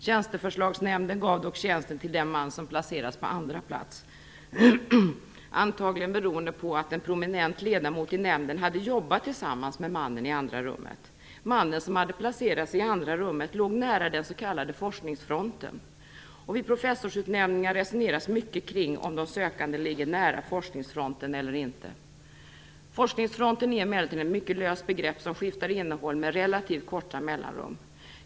Tjänsteförslagsnämnden gav dock tjänsten till den man som hade placerats på andra plats, antagligen beroende på att en prominent ledamot i nämnden hade jobbat tillsammans med mannen i andra rummet. Mannen som placerats i andra rummet låg nära den s.k. forskningsfronten. Vid professorsutnämningar resoneras mycket kring om de sökande ligger nära "forskningsfronten" eller ej. Forskningsfronten är emellertid ett mycket löst begrepp som skiftar innehåll med relativt korta mellanrum.